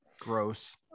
Gross